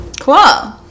cool